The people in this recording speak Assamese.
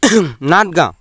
নাথ গাঁও